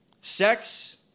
sex